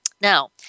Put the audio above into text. Now